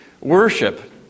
worship